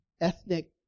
ethnic